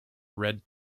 red